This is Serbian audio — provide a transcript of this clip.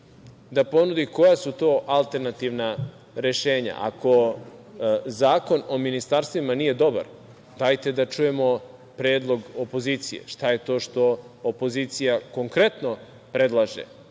da ponudi koja su to alternativna rešenja. Ako Zakon o ministarstvima nije dobar, dajte da čujemo predlog opozicije, šta je to što opozicija konkretno predlaže,